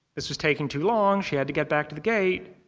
this was taking too long she had to get back to the gate.